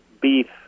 beef